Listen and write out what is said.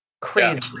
Crazy